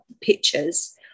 pictures